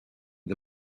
the